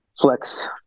flex